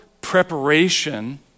preparation